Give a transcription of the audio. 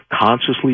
consciously